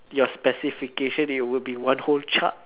your specification it would be one whole chart